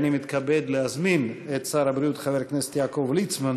חברי הכנסת,